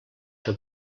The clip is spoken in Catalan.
que